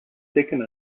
second